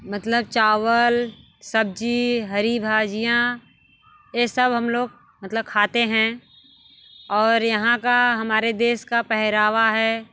मतलब चावल सब्ज़ी हरी भाजियाँ ये सब हम लोग मतलब खाते हैं और यहाँ का हमारे देश का पहनावा है